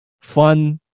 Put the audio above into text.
fun